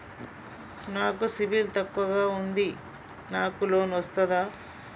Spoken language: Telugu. నాకు సిబిల్ తక్కువ ఉంది నాకు లోన్ వస్తుందా?